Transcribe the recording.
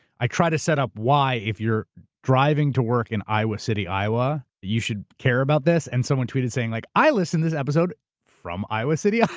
i tried to set up why, if you're driving to work in iowa city, iowa, you should care about this, and someone tweeted saying, like i listened to this episode from iowa city, yeah